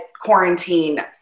quarantine